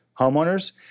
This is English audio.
homeowners